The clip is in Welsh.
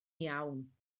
iawn